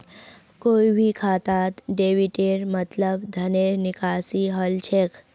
कोई भी खातात डेबिटेर मतलब धनेर निकासी हल छेक